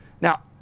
Now